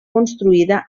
construïda